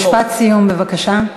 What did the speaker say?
משפט סיום בבקשה.